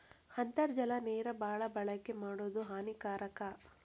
ಅಂತರ್ಜಲ ನೇರ ಬಾಳ ಬಳಕೆ ಮಾಡುದು ಹಾನಿಕಾರಕ